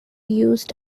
used